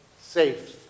safe